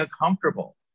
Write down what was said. uncomfortable